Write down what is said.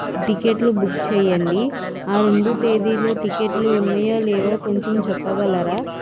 టిక్కెట్లు బుక్ చేయండి ఆ రెండు తేదీల్లో టిక్కెట్లు ఉన్నాయా లేవో కొంచెం చెప్పగలరా